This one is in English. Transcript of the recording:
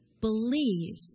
believe